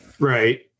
Right